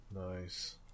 Nice